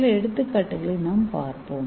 சில எடுத்துக்காட்டுகளைப் பார்ப்போம்